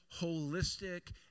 holistic